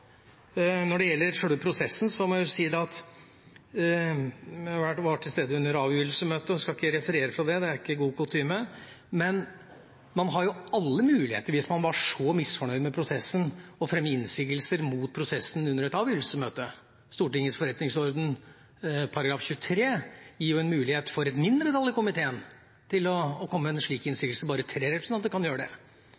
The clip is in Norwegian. Når det gjelder sjølve prosessen, må jeg si det at jeg var til stede under avgivelsesmøtet og skal ikke referere fra det, det er ikke god kutyme, men man har jo alle muligheter, hvis man var så misfornøyd med prosessen, til å fremme innsigelser mot prosessen under et avgivelsesmøte. Stortingets forretningsorden § 23 gir en mulighet for et mindretall i komiteen til å komme med en slik